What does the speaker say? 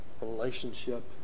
relationship